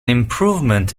improvement